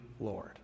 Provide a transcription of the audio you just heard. Lord